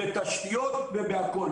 בתשתיות ובהכל,